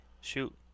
Shoot